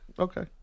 Okay